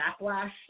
backlash